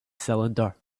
cylinder